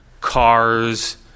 cars